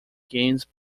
games